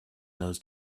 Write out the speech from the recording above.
those